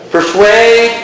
Persuade